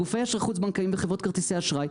גופי אשראי חוץ בנקאיים וחברות כרטיסי האשראי,